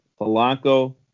Polanco